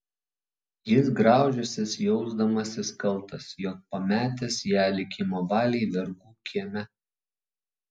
jis graužęsis jausdamasis kaltas jog pametęs ją likimo valiai vergų kieme